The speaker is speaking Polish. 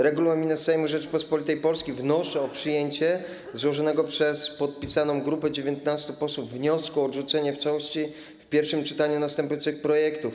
regulaminu Sejmu Rzeczypospolitej wnoszę o przyjęcie złożonego i podpisanego przez grupę 19 posłów wniosku o odrzucenie w całości w pierwszym czytaniu następujących projektów.